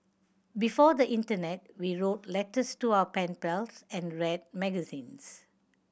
before the internet we wrote letters to our pen pals and read magazines